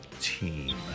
team